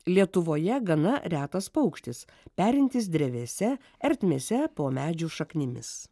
lietuvoje gana retas paukštis perintis drevėse ertmėse po medžių šaknimis